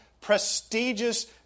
prestigious